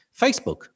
Facebook